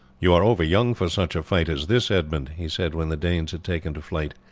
you are over-young for such a fight as this, edmund, he said when the danes had taken to flight.